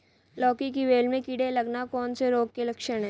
लौकी की बेल में कीड़े लगना कौन से रोग के लक्षण हैं?